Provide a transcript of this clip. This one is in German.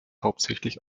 hauptsächlich